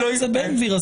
חה"כ בן גביר.